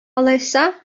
алайса